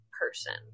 person